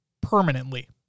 permanently